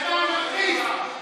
אתה אנרכיסט.